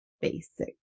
basic